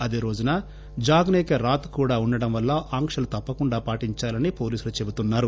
అదే రోజున జాగ్నే కా రాత్ కూడా ఉండటం వల్ల ఆంక్షలు తప్పకుండా పాటించాలని పోలీసులు చెబుతున్నారు